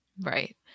Right